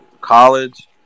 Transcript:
college